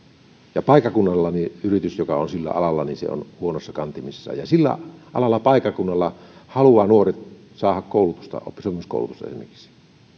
ja paikkakunnalla yritys joka on sillä alalla on huonoissa kantimissa ja sillä alalla paikkakunnalla nuoret haluavat saada koulutusta oppisopimuskoulutusta esimerkiksi